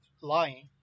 lying